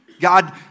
God